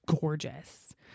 gorgeous